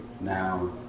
now